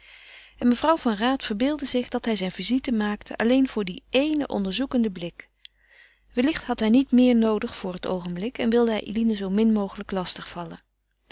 en mevrouw van raat verbeeldde zich dat hij zijne visite maakte alleen voor dien éénen onderzoekenden blik wellicht had hij niet meer noodig voor het oogenblik en wilde hij eline zoo min mogelijk lastig vallen